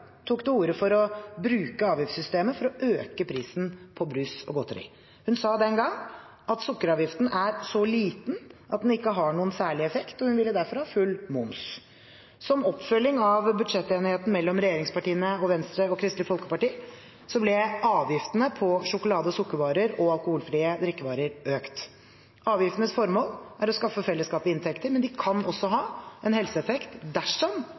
til orde for å bruke avgiftssystemet for å øke prisene på brus og godteri. Hun sa den gang at «Sukkeravgiften er så liten at det ikke har noen særlig effekt». Hun ville derfor ha full moms. Som oppfølging av budsjettenigheten mellom regjeringspartiene, Venstre og Kristelig Folkeparti ble avgiftene på sjokolade- og sukkervarer og alkoholfrie drikkevarer økt. Avgiftenes formål er å skaffe fellesskapet inntekter, men de kan også ha en helseeffekt dersom